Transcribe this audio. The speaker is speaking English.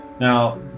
Now